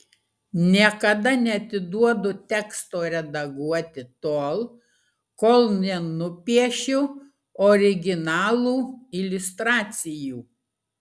niekada neatiduodu teksto redaguoti tol kol nenupiešiu originalų iliustracijų